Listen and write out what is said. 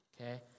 okay